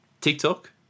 TikTok